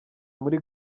muri